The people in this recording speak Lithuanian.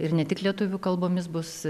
ir ne tik lietuvių kalbomis bus